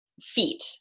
feet